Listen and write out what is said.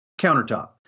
countertop